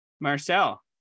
marcel